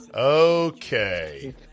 Okay